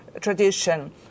tradition